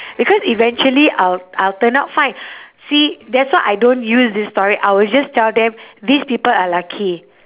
because eventually I'll I'll turn out fine see that's why I don't use this story I'll just tell them these people are lucky